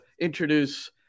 introduce